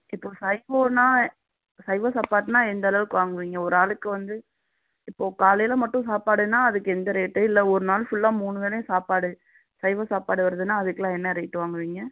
இப்போது சைவன்னோ சைவ சாப்பாடுனால் எந்த அளவுக்கு வாங்குவீங்க ஒரு ஆளுக்கு வந்து இப்போது காலையில மட்டும் சாப்பாடுன்னால் அதுக்கு எந்த ரேட்டு இல்லை ஒரு நாலு ஃபுல்லா மூணு வேலையும் சாப்பாடு சைவ சாப்பாடு வருதுன்னால் அதுக்கெல்லாம் என்ன ரேட்டு வாங்குவீங்க